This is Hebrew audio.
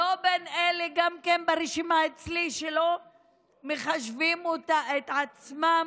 לא בין אלה ברשימה אצלי שלא מחשיבים את עצמם